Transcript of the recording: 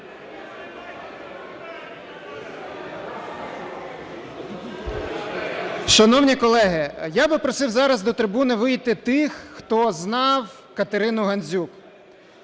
Шановні колеги, я би просив зараз до трибуни вийти тих, хто знав Катерину Гандзюк,